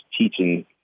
teaching